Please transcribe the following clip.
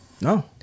no